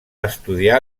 estudiar